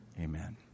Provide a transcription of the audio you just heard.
amen